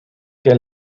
que